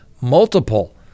multiple